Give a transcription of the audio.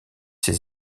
ses